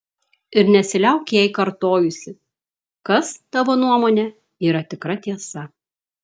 ir nesiliauk jai kartojusi kas tavo nuomone yra tikra tiesa